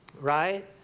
Right